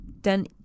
done